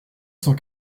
cent